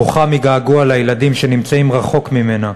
בוכה מגעגוע לילדים שנמצאים רחוק ממנה,